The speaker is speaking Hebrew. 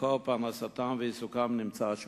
ומקור פרנסתם ועיסוקם נמצא שם?